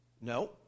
No